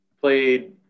played